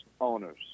owners